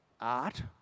art